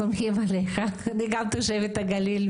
סומכים עליך! אני גם תושבת הגליל.